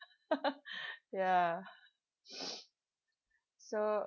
ya so